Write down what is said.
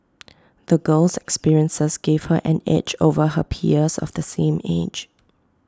the girl's experiences gave her an edge over her peers of the same age